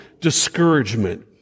discouragement